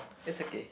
it's okay